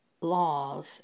laws